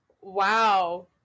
Wow